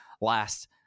last